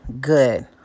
good